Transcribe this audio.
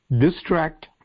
distract